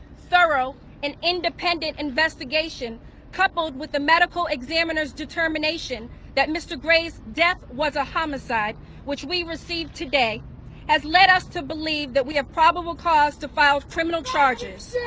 thorough and independent investigation coupled with the medical examiner's determination that mr gray's death was a homicide which we received today has led us to believe that we have probable cause to file criminal charges.